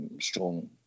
strong